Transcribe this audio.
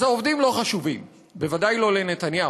אז העובדים לא חשובים, בוודאי לא לנתניהו.